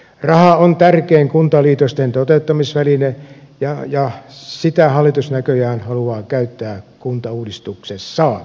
raha on tärkein kuntaliitosten toteuttamisväline ja sitä hallitus näköjään haluaa käyttää kuntauudistuksessaan